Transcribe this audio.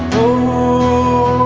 oh